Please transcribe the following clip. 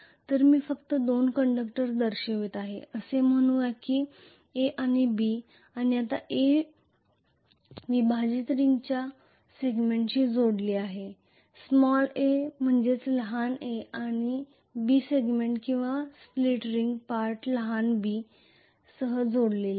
तर मी फक्त दोन कंडक्टर दर्शवित आहे असे म्हणू या की A आणि B आता A विभाजित रिंगच्या सेगमेंटशी जोडलेले आहे 'a' लहान a आणि B सेगमेंट किंवा स्प्लिट रिंग पार्ट लहान b सह जोडलेले आहे